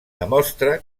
demostra